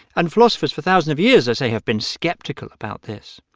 and philosophers for thousands of years as they have been skeptical about this,